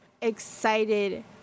excited